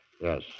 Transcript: Yes